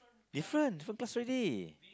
different different class already